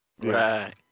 Right